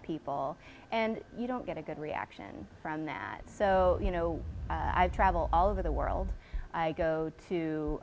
people and you don't get a good reaction from that so you know i travel all over the world i go to